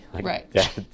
Right